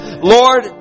Lord